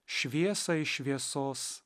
šviesai šviesos